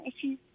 issues